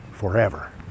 forever